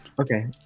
Okay